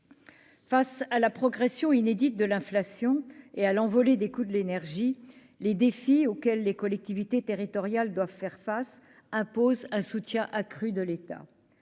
Face à la progression inédite de l'inflation et à l'envolée des coûts de l'énergie, les défis auxquels les collectivités territoriales doivent faire face, impose un soutien accru de l'État